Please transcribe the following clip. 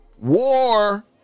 War